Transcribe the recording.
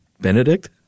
Benedict